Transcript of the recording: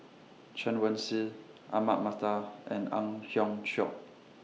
Chen Wen Hsi Ahmad Mattar and Ang Hiong Chiok